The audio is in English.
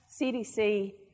CDC